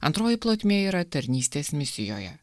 antroji plotmė yra tarnystės misijoje